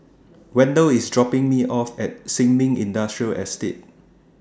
Wendel IS dropping Me off At Sin Ming Industrial Estate